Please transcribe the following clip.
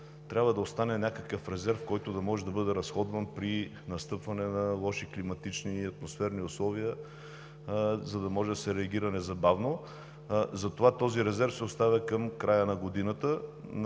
трябва да остане някакъв резерв, който да може да бъде разходван при настъпване на лоши климатични и атмосферни условия, за да може да се реагира незабавно, затова този резерв се оставя за края на годината.